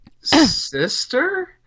Sister